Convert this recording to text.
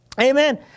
Amen